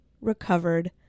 recovered